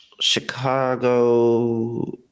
Chicago –